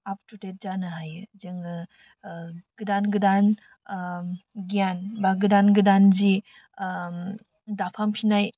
up to date जानो हायो जोङो गोदान गोदान गियान बा गोदान गोदान जि दाफामफिन्नाय